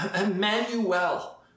Emmanuel